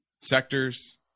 Sectors